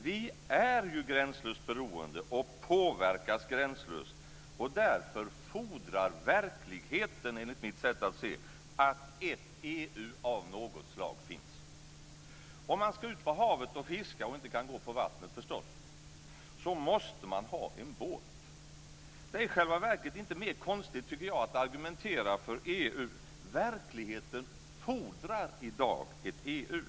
Vi är ju gränslöst beroende och påverkas gränslöst, och därför fordrar verkligheten, enligt mitt sätt att se det, att ett EU av något slag finns. Om man ska ut på havet och fiska, och inte kan gå på vattnet förstås, måste man ha en båt. Det är i själva verket inte mer konstigt, tycker jag, att argumentera för EU. Verkligheten fordrar i dag ett EU.